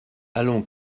allons